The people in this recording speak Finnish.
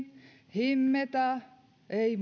himmetä ei